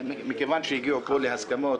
מכיוון שהגיעו כאן להסכמות